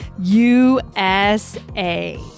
USA